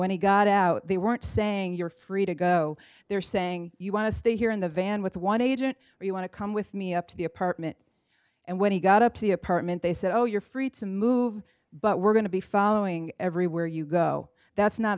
when he got out they weren't saying you're free to go they're saying you want to stay here in the van with one agent or you want to come with me up to the apartment and when he got up to the apartment they said oh you're free to move but we're going to be following everywhere you go that's not